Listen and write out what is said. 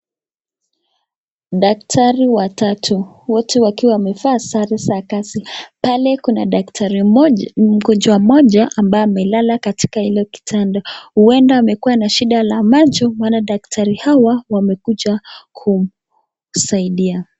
Daktari watatu, wote wakiwa wamevaa sare za kazi. Pale kuna mgonjwa mmoja ambaye amelala katika ile kitanda, huenda amekua na shida la macho maana daktari hawa wamekuja kumsaidia.